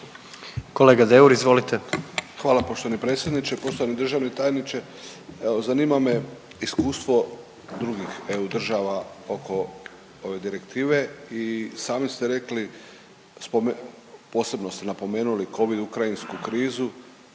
**Deur, Ante (HDZ)** Hvala poštovani predsjedniče. Poštovani državni tajniče, evo zanima me iskustvo drugih EU država oko ove direktive i sami ste rekli, spome…, posebno ste napomenuli covid, ukrajinsku krizu,